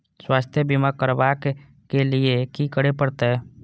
स्वास्थ्य बीमा करबाब के लीये की करै परतै?